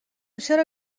چرا